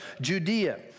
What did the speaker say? Judea